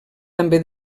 també